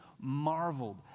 marveled